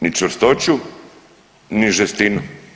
Niti čvrstoću, ni žestinu.